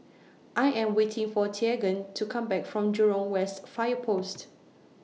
I Am waiting For Teagan to Come Back from Jurong West Fire Post